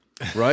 right